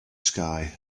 sky